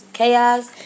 chaos